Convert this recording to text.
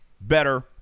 better